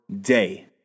day